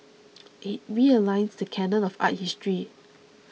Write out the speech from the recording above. it realigns the canon of art history